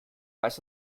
weißt